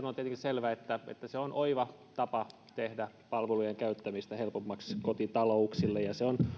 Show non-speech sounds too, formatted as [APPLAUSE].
[UNINTELLIGIBLE] on tietenkin selvä että että se on oiva tapa tehdä palvelujen käyttämistä helpommaksi kotitalouksille ja se on